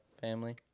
family